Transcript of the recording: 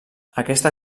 aquesta